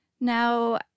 Now